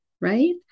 right